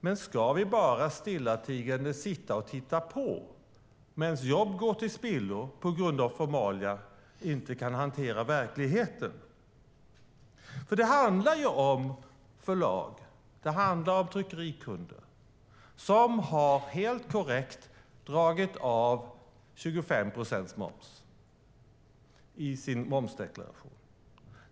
Men ska vi bara stillatigande sitta och titta på medan jobb går till spillo på grund av att formalia inte kan hantera verkligheten? Det handlar om förlag och tryckerikunder som helt korrekt har dragit av 25 procents moms i sin momsdeklaration.